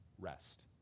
rest